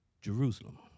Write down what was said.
Jerusalem